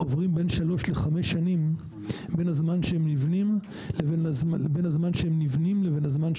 עוברות בין שלוש לחמש שנים בין הזמן שהם נבנים לבין הזמן שהם מתאכלסים.